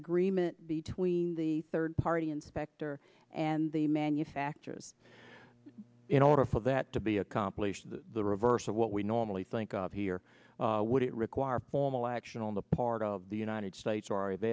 agreement between the third party inspector and the manufacturers in order for that to be accomplished the reverse of what we normally think of here would it require formal action on the part of the united states